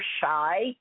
shy